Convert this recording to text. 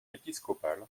épiscopal